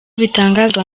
bitangazwa